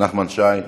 נחמן שי,